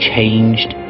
changed